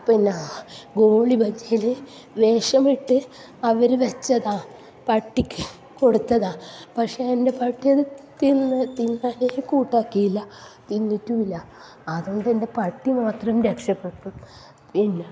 പിന്നെ ഗോളി ബാജില് വിഷമിട്ട് അവരു വെച്ചതാണ് പട്ടിക്ക് കൊടുത്തതാ പക്ഷേ എൻ്റെ പട്ടി അത് തിന്നാൻ തിന്നാനെ കൂട്ടാക്കിയില്ല തിന്നിട്ടുല്ല അതുകൊണ്ട് എൻ്റെ പട്ടി മാത്രം രക്ഷപ്പെട്ടു പിന്നെ